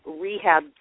rehab